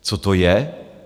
Co to je?